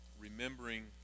remembering